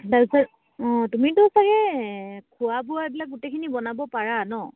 তাৰপিছত অঁ তুমিতো চাগে খোৱা বোৱাবিলাক গোটেইখিনি বনাব পাৰা ন'